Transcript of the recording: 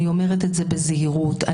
בזהירות,